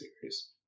series